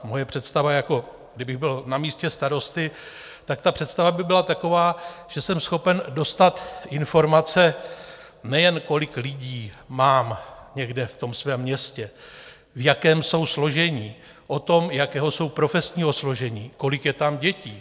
Moje představa, kdybych byl na místě starosty, ta představa by byla taková, že jsem schopen dostat informace, nejen kolik lidí mám někde v tom svém městě, v jakém jsou složení, o tom, jakého jsou profesního složení, kolik je tam dětí.